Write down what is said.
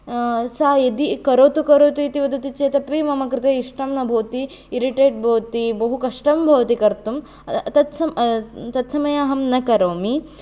सा यदि करोतु करोतु इति वदति चेत् अपि मम कृते इष्टं न भवति इरिटेट् भवति बहु कष्टं भवति कर्तुं तत्स ततस्मये अहं न करोमि